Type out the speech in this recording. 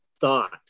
thought